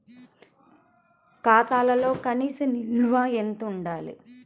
ఖాతాలో కనీస నిల్వ ఎంత ఉండాలి?